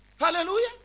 Hallelujah